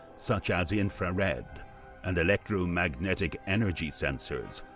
such as infrared and electromagnetic energy sensors,